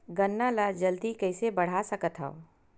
गन्ना ल जल्दी कइसे बढ़ा सकत हव?